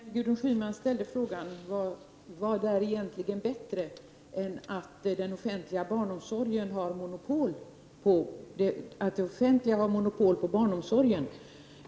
Herr talman! Gudrun Schyman ställde frågan: Vad är egentligen bättre än att det offentliga har monopol på barnomsorgen?